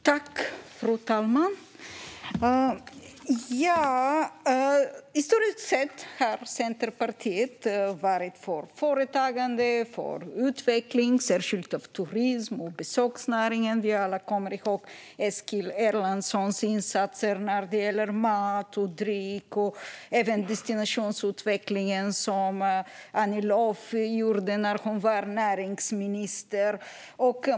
Fru talman! Historiskt sett har Centerpartiet varit för företagande och för utveckling, särskilt av turism och besöksnäring. Vi kommer alla ihåg Eskil Erlandssons insatser när det gäller mat och dryck. Vi kommer också ihåg destinationsutvecklingen, som Annie Lööf arbetade med när hon var näringsminister.